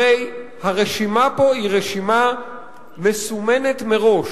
הרי הרשימה פה היא רשימה מסומנת מראש,